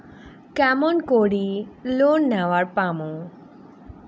কেমন করি লোন নেওয়ার পামু?